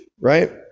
right